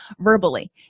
verbally